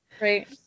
Right